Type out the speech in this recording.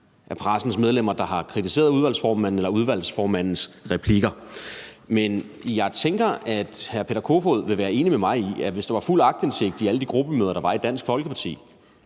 af pressens medlemmer, der har kritiseret udvalgsformanden eller udvalgsformandens replikker. Men jeg tænker, at hr. Peter Kofod vil være enig med mig i, at hvis der var fuld aktindsigt i alle de gruppemøder, der er i Dansk Folkeparti,